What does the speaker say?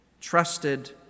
trusted